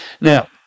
Now